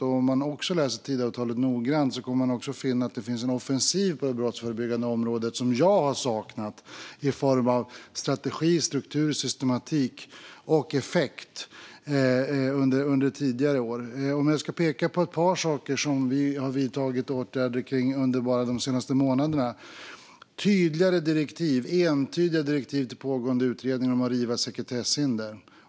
Om man läser Tidöavtalet noggrant kommer man också att finna att det finns en offensiv på det brottsförebyggande området som jag har saknat under tidigare år i form av strategi, struktur, systematik och effekt. Jag kan peka på ett par saker som vi har vidtagit åtgärder kring under de senaste månaderna. Låt mig nämna tydligare och entydiga direktiv till pågående utredning om att riva sekretesshinder.